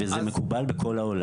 וזה מקובל בכל העולם,